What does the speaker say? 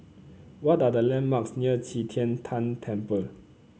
what are the landmarks near Qi Tian Tan Temple